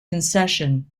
concession